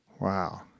Wow